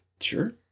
Sure